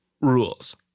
rules